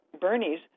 Bernie's